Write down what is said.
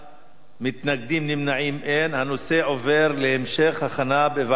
ההצעה להעביר את הנושא לוועדת החינוך,